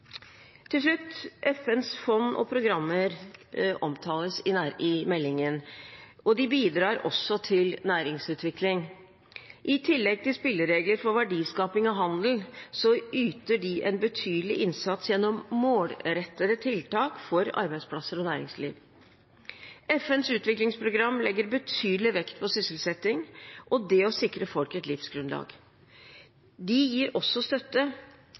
Til slutt: FNs fond og programmer omtales i meldingen, og de bidrar også til næringsutvikling. I tillegg til spilleregler for verdiskaping og handel yter de en betydelig innsats gjennom målrettede tiltak for arbeidsplasser og næringsliv. FNs utviklingsprogram legger betydelig vekt på sysselsetting og det å sikre folk et livsgrunnlag. De gir også støtte